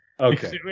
Okay